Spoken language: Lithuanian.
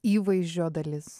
įvaizdžio dalis